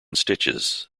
stitches